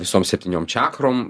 visom septyniom čiakrom